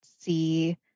see